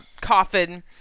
coffin